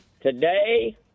Today